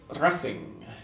Racing